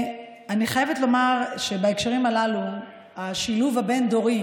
אני חייבת לדבר בהקשרים הללו על השילוב הבין-דורי